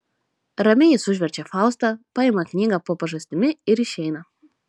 ramiai jis užverčia faustą paima knygą po pažastimi ir išeina